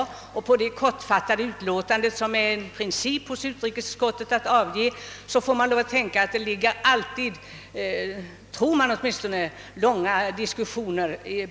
Bakom utskottets kortfattade utlåtande — det är ju en princip hos det utskottet att skriva sådana — får man väl också tänka sig att det ligger långa diskussioner.